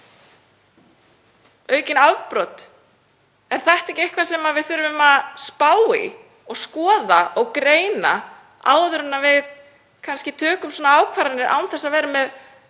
aukin afbrot, er það ekki eitthvað sem við þurfum að spá í og skoða og greina áður en við tökum svona ákvarðanir án þess að vera með